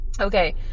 Okay